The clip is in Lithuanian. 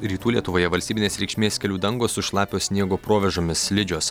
rytų lietuvoje valstybinės reikšmės kelių dangos su šlapio sniego provėžomis slidžios